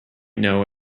know